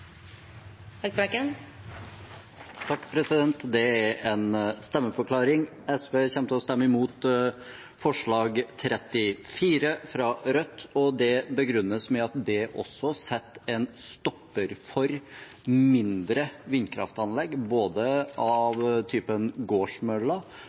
Det er en stemmeforklaring. SV kommer til å stemme imot forslag nr. 34, fra Rødt, og det begrunnes med at det også setter en stopper for mindre vindkraftanlegg, både